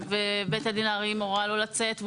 ובית הדין לעררים הורה לו לצאת,